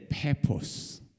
purpose